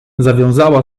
zawiązała